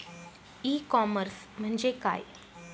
E commerce म्हणजे काय?